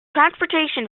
transportation